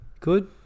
Good